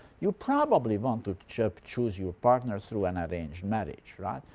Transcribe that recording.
you probably want to choose choose your partner through an arranged marriage. right?